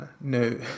no